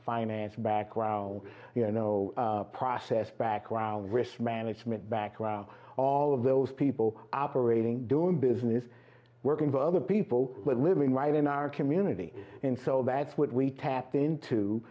finance background process background risk management background all of those people operating doing business working for other people living right in our community and so that's what we tapped into